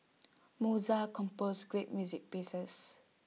Mozart composed great music pieces